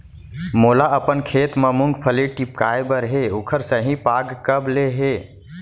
मोला अपन खेत म मूंगफली टिपकाय बर हे ओखर सही पाग कब ले हे?